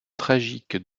tragiques